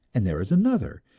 and there is another,